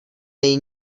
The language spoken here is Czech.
není